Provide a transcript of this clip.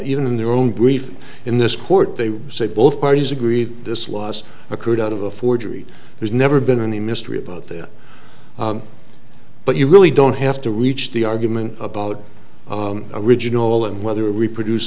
even in their own brief in this court they say both parties agreed this was a code out of a forgery there's never been any mystery about that but you really don't have to reach the argument about original and whether reproduce